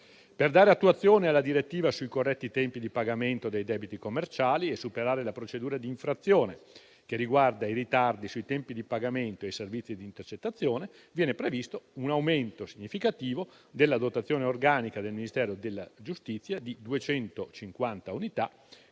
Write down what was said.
Per dare attuazione alla direttiva sui corretti tempi di pagamento dei debiti commerciali e superare la procedura di infrazione che riguarda i ritardi sui tempi di pagamento dei servizi di intercettazione, viene previsto un aumento significativo della dotazione organica del Ministero della giustizia di 250 unità,